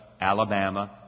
Alabama